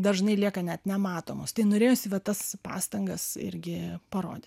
dažnai lieka net nematomos tai norėjosi va tas pastangas irgi parodyt